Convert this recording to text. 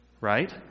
Right